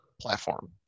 platform